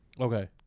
Okay